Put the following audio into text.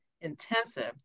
intensive